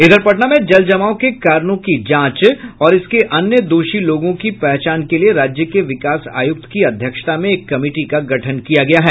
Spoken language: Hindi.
इधर पटना में जल जमाव के कारणों की जांच और इसके अन्य दोषी लोगों की पहचान के लिए राज्य के विकास आयुक्त की अध्यक्षता में एक कमेटी का गठन किया गया है